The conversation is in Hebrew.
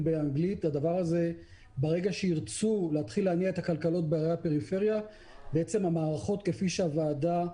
הרבה יותר בקלות עם הרבה פחות מגבלות.